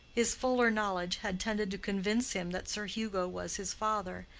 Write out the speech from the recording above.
his fuller knowledge had tended to convince him that sir hugo was his father,